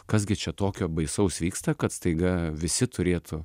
kas gi čia tokio baisaus vyksta kad staiga visi turėtų